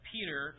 Peter